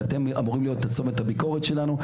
ואתם אמורים להיות צומת הביקורת שלנו.